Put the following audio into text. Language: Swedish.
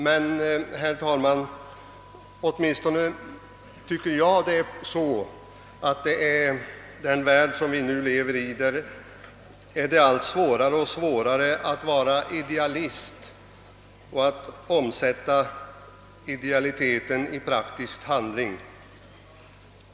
Men, herr talman, i den värld vi lever är det allt svårare att vara idealist och att omsätta idealiteten i praktisk handling.